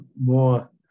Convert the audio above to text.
more